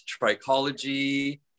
trichology